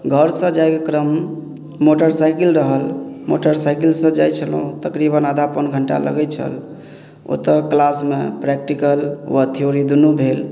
घरसँ जाइके मोटरसाइकिल रहए मोटरसाइकिलसँ जाइ छलहुॅं तकरबाद आधा पोन घण्टा लगै छल ओतऽ क्लासमे प्रैक्टिकल वा थियोरी दुनू भेल